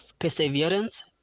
perseverance